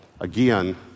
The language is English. Again